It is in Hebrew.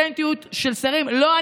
אימפוטנטיות של שרים, לא פחות.